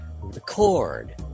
Record